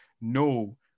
no